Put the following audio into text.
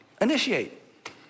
initiate